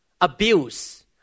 abuse